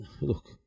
Look